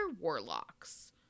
warlocks